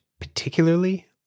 particularly